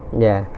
ya